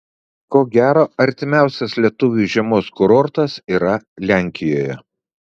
ko gero artimiausias lietuviui žiemos kurortas yra lenkijoje